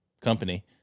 company